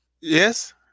Yes